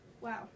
wow